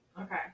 Okay